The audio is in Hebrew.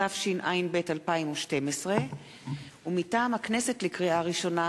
התשע"ב 2012. לקריאה ראשונה,